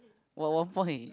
what one point